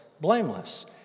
blameless